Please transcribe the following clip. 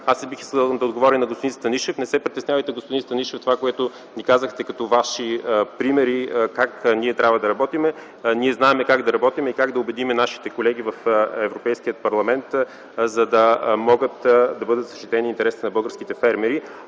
аз бих искал да отговоря на господин Станишев: не се притеснявайте, господин Станишев, това, което ни казахте като Ваши примери – как ние трябва да работим – ние знаем как да работим и как да убедим нашите колеги в Европейския парламент, за да могат да бъдат защитени интересите на българските фермери.